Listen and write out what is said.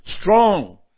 strong